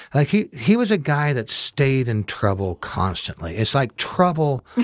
like he he was a guy that stayed in trouble constantly. it's like trouble,